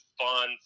fun